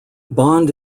bond